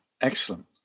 Excellent